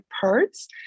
parts